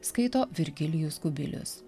skaito virgilijus kubilius